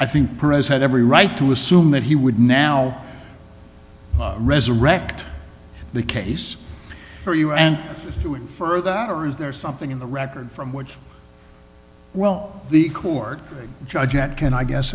i think pres had every right to assume that he would now resurrect the case for you and do it for that or is there something in the record from which well the court judge that can i guess